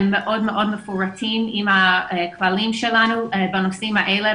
הם מאוד מאוד מפורטים עם הכללים שלנו בנושאים האלה,